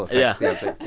yeah.